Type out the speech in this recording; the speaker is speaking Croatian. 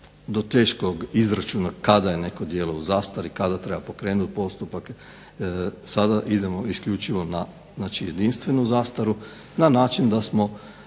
do teškog izračuna kada je neko djelo u zastari, kada treba pokrenuti postupak. Sada idemo isključivo na, znači jedinstvenu zastaru na način da smo